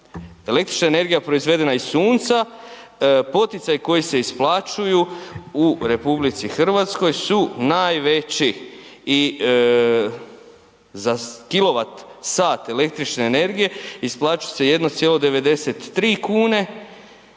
električna energija proizvedena iz sunca, poticaji koji se isplaćuju u RH su najveći i za kilovatsat električne energije isplaćuje se 1,93 kune